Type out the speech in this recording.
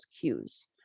cues